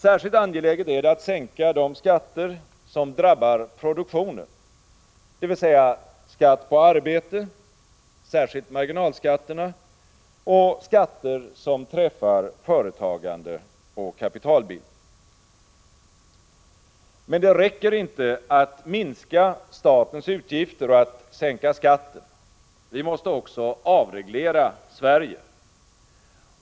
Särskilt angeläget är det att sänka de skatter som drabbar produktionen, dvs. skatt på arbete, särskilt marginalskatterna och skatter som träffar företagande och kapitalbildning. Men det räcker inte att minska statens utgifter och att sänka skatten. Vi måste också avreglera Sverige.